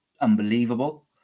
unbelievable